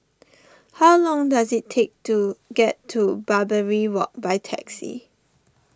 how long does it take to get to Barbary Walk by taxi